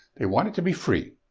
they wanted to be free.